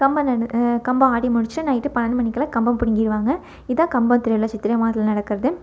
கம்பம் நடு கம்பம் ஆடி முடித்து நைட்டு பன்னெண்டு மணிக்கெல்லாம் கம்பம் பிடிங்கிடுவாங்க இதான் கம்பம் திருவிழா சித்திரை மாதத்தில் நடக்கிறது